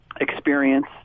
experience